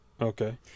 Okay